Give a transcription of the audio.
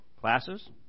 classes